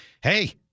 hey